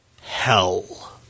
Hell